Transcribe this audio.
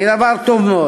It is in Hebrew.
היא דבר טוב מאוד.